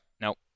Nope